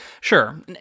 Sure